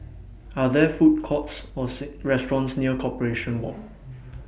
Are There Food Courts Or restaurants near Corporation Walk